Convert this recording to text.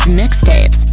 mixtapes